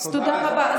אז תודה רבה.